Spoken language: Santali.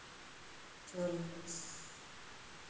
ᱪᱚᱞᱞᱤᱥ